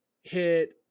hit